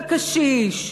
הקשיש,